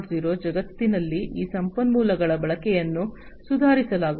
0 ಜಗತ್ತಿನಲ್ಲಿ ಈ ಸಂಪನ್ಮೂಲಗಳ ಬಳಕೆಯನ್ನು ಸುಧಾರಿಸಲಾಗುವುದು